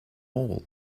all